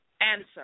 Answer